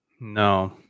No